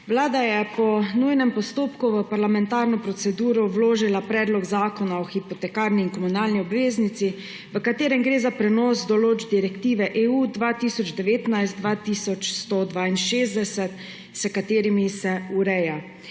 Vlada je po nujnem postopku v parlamentarno proceduro vložila Predlog zakona o hipotekarni in komunalni obveznici, v katerem gre za prenos določb Direktive EU 2019/2162, s katerimi se ureja